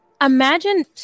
imagine